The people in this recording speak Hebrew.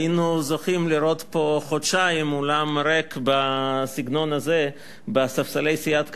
היינו זוכים לראות פה חודשיים אולם ריק בסגנון הזה בספסלי סיעת קדימה.